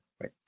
right